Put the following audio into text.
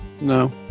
No